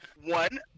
One